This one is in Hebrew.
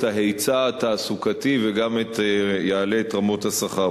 ההיצע התעסוקתי וגם יעלה את רמות השכר.